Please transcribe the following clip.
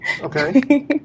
Okay